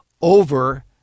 over